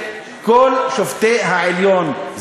כל שופטי העליון,